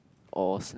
or snack